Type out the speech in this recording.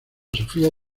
sofía